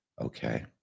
Okay